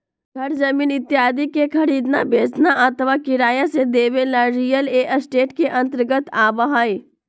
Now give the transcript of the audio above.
घर जमीन इत्यादि के खरीदना, बेचना अथवा किराया से देवे ला रियल एस्टेट के अंतर्गत आवा हई